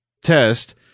test